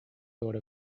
thought